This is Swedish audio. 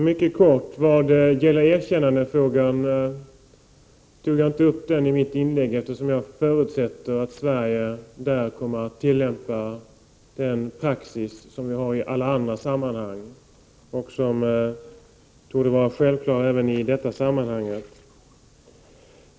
Herr talman! Mycket kort. Erkännandefrågan tog jag inte upp i mitt inlägg, eftersom jag förutsätter att Sverige kommer att tillämpa samma praxis som i alla andra sammanhang. Den torde vara självklar även härvidlag.